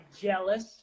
jealous